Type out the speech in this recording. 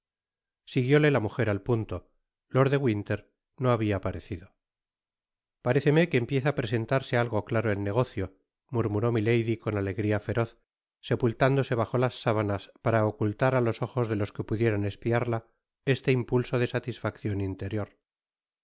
marchó siguióle la mujer al punto lord de winter no habia parecido paréceme que empieza á presentarse algo claro el negocio murmuró milady con alegria feroz sepultándose bajo las sábanas para ocultar á los ojos de los que pudieran espiarla este impulso de satisfaccion interior dos